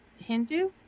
hindu